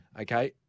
Okay